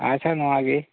ᱟᱪᱷᱟ ᱱᱚᱣᱟ ᱜᱮ